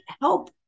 help